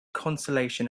consolation